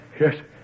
Yes